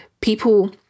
people